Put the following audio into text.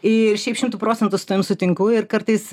ir šiaip šimtu procentų su tavim sutinku ir kartais